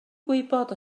gwybod